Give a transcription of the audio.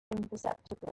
imperceptibly